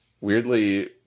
weirdly